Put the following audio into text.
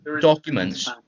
documents